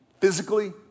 physically